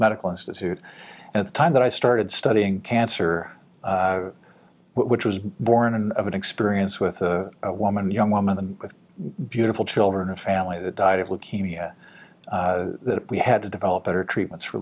medical institute at the time that i started studying cancer which was born in of an experience with a woman young woman with beautiful children a family that died of leukemia that we had to develop better treatments for